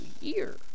year